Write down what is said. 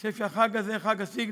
אני חושב שהחג הזה, חג הסיגד,